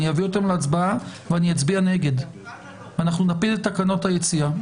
אני אביא אותן להצבעה ואני אצביע נגד ואנחנו נפיל את תקנות היציאה.